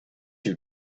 you